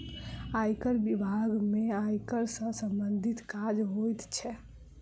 आयकर बिभाग में आयकर सॅ सम्बंधित काज होइत छै